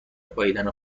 پائیدن